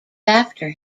after